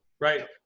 Right